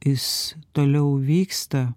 jis toliau vyksta